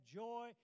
joy